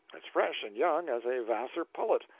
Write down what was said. as fresh and young as a vassar pullet,